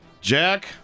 Jack